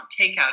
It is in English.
takeout